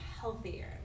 healthier